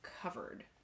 covered